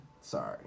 Sorry